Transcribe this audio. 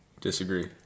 Disagree